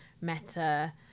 Meta